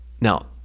now